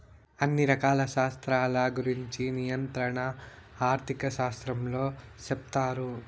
అన్ని రకాల శాస్త్రాల గురుంచి నియంత్రణ ఆర్థిక శాస్త్రంలో సెప్తారు